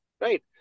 right